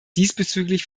diesbezüglich